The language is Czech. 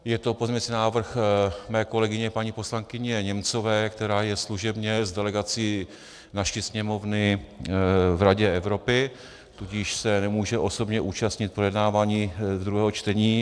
Je to pozměňující návrh mé kolegyně paní poslankyně Němcové, která je služebně s delegací naší Sněmovny v Radě Evropy, tudíž se nemůže osobně účastnit projednávání druhého čtení.